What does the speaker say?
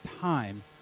time